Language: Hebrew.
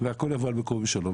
והכל יבוא על מקומו בשלום.